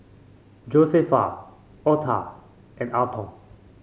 Josefa Otha and Alton